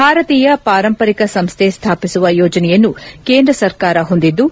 ಭಾರತೀಯ ಪಾರಂಪರಿಕ ಸಂಸ್ಥೆ ಸ್ಥಾಪಿಸುವ ಯೋಜನೆಯನ್ನು ಕೇಂದ್ರ ಸರ್ಕಾರ ಹೊಂದಿದ್ದು